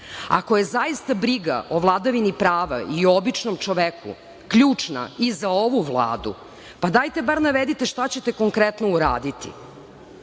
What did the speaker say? Ako je zaista briga o vladavini prava i o običnom čoveku ključna i za ovu vladu, dajte bar navedite šta ćete konkretno uraditi. Buduća